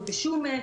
ובשום עת,